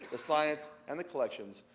the science and the collections,